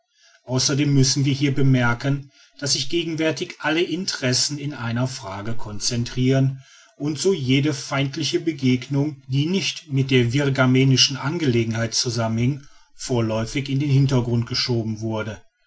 außerdem müssen wir hier bemerken daß sich gegenwärtig alle interessen in einer frage concentrirten und so jede feindliche begegnung die nicht mit der virgamenischen angelegenheit zusammenhing vorläufig in den hintergrund geschoben wurde